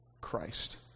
Christ